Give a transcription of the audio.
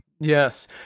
Yes